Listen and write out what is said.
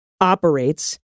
operates